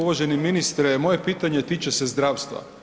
Uvaženi ministre, moje pitanje tiče se zdravstva.